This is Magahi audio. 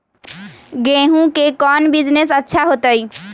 गेंहू के कौन बिजनेस अच्छा होतई?